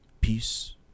peace